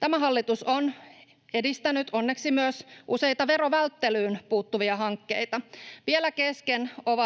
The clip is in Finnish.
Tämä hallitus on edistänyt onneksi myös useita verovälttelyyn puuttuvia hankkeita. Vielä kesken on